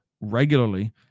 regularly